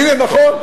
הנה, נכון.